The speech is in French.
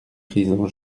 président